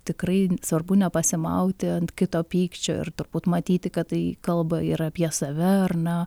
tikrai svarbu nepasimauti ant kito pykčio ir turbūt matyti kad tai kalba yra apie save ar na